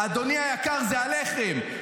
אדוני היקר, זה הלחם.